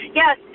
yes